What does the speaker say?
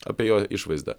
apie jo išvaizdą